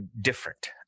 different